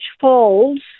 folds